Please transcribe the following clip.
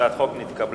הצעת החוק נתקבלה.